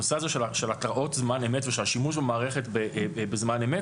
הנושא הזה של זמן אמת והשימוש במערכת בזמן אמת,